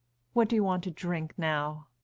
what do you want to drink now?